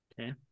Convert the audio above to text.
Okay